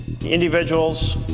Individuals